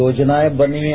योजनाएं बनी है